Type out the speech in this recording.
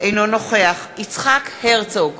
אינו נוכח יצחק הרצוג,